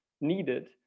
needed